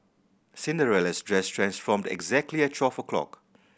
Cinderella's dress transformed exactly at twelve o'clock